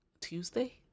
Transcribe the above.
Tuesday